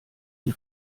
die